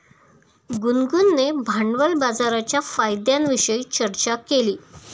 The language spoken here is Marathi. गुनगुनने भांडवल बाजाराच्या फायद्यांविषयी चर्चा केली